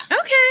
Okay